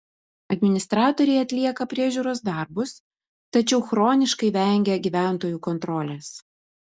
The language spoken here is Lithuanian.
administratoriai atlieka priežiūros darbus tačiau chroniškai vengia gyventojų kontrolės